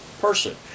person